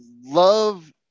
love